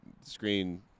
screen